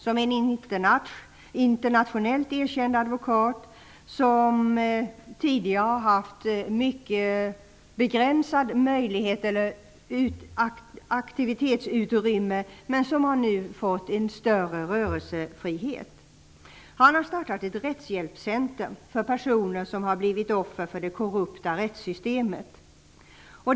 Han är en internationellt erkänd advokat, som tidigare har haft ett mycket begränsat aktivitetsutrymme men som nu har fått större rörelsefrihet. Mulia Lubis har startat ett rättshjälpscenter för personer som har blivit offer för det korrupta rättssystemet.